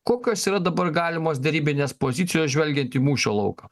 kokios yra dabar galimos derybinės pozicijos žvelgiant į mūšio lauką